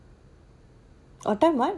what time ah